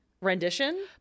rendition